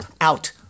out